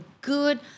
good